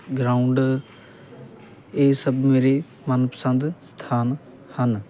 ground ਇਹ ਸਭ ਮੇਰੇ ਮਨ ਪਸੰਦ ਸਥਾਨ ਹਨ